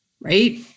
Right